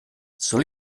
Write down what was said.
soll